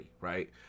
right